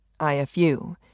IFU